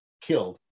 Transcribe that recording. killed